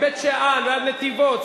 מבית-שאן עד נתיבות,